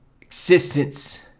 existence